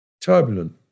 Turbulent